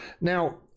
Now